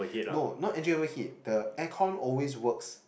no not engine overheat the air con always works